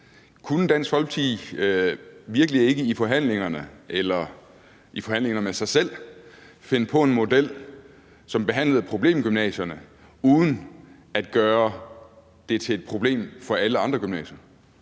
Kunne Dansk Folkeparti virkelig ikke i forhandlingerne eller i forhandlinger med sig selv finde på en model, som behandlede problemgymnasierne uden at gøre det til et problem for alle andre gymnasier?